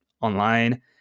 online